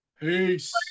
Peace